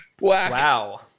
Wow